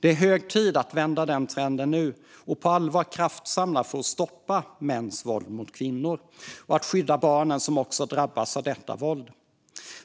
Det är hög tid att vända den trenden nu och på allvar kraftsamla för att stoppa mäns våld mot kvinnor och skydda barnen, som också drabbas av detta våld.